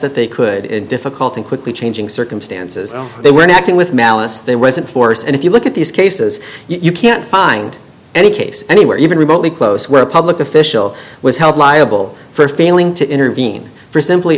that they could in difficult and quickly changing circumstances they weren't acting with malice there wasn't force and if you look at these cases you can't find any case anywhere even remotely close where a public official was held liable for failing to intervene for simply